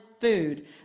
food